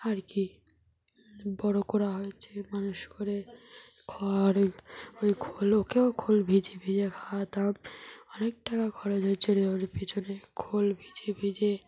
আর কি বড় করা হয়েছে মানুষ করে খড় ওই খোল ওকেও খোল ভিজিয়ে ভিজিয়ে খাওয়াতাম অনেক টাকা খরচ হয়েছিল ওর পিছনে খোল ভিজিয়ে ভিজিয়ে